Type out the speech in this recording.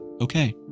okay